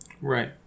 Right